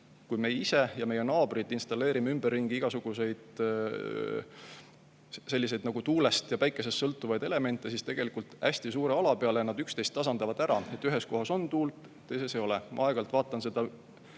Kui me ise ja meie naabrid installeerime ümberringi igasuguseid tuulest ja päikesest sõltuvaid elemente, siis tegelikult hästi suure ala peale nad üksteist tasandavad ära, nii et ühes kohas on tuult, teises ei ole. Ma aeg-ajalt vaatan seda